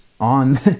on